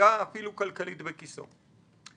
להיפגע אפילו כלכלית בכיסו.